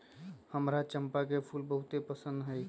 हमरा चंपा के फूल बहुते पसिन्न हइ